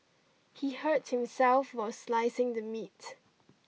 he hurt himself while slicing the meat